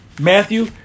Matthew